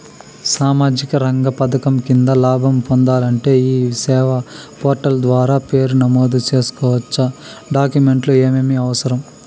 సామాజిక రంగ పథకం కింద లాభం పొందాలంటే ఈ సేవా పోర్టల్ ద్వారా పేరు నమోదు సేసుకోవచ్చా? డాక్యుమెంట్లు ఏమేమి అవసరం?